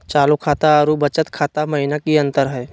चालू खाता अरू बचत खाता महिना की अंतर हई?